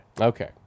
Okay